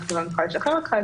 לא נוכל לשחרר אותו,